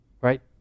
right